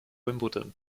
wimbledon